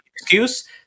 excuse